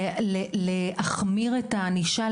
להחמיר את הענישה,